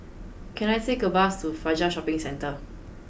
can I take a bus to Fajar Shopping Centre